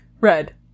Red